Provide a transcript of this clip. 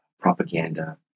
propaganda